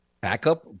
Backup